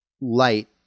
light